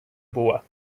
була